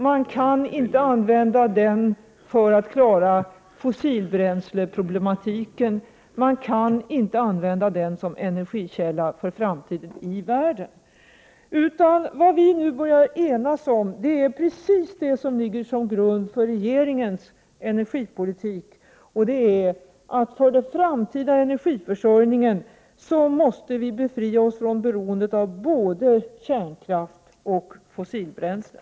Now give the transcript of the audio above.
Man kan inte använda den för att klara fossilbränsleproblemen, och man kan inte använda den som energikälla för framtiden i världen. Vad vi nu börjar enas om är precis det som ligger som grund för regeringens energipolitik: För den framtida energiförsörjningen måste vi befria oss från beroendet av både kärnkraft och fossilbränslen.